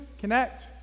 connect